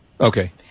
Okay